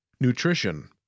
Nutrition